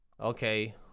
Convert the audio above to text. Okay